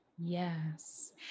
Yes